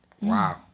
Wow